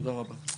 תודה רבה.